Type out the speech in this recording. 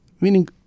Meaning